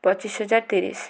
ପଚିଶ ହଜାର ତିରିଶ